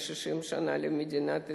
60 שנה למדינת ישראל.